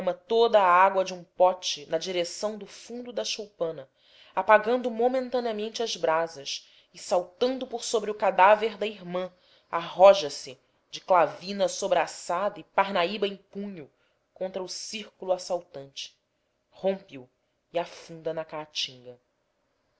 toda a água de um pote na direção do fundo da choupana apagando momentaneamente as brasas e saltando por sobre o cadáver da irmã arroja se de clavina sobraçada e parnaíba em punho contra o círculo assaltante rompe o e afunda na caatinga